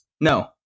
no